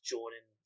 Jordan